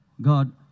God